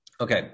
Okay